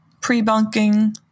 pre-bunking